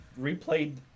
replayed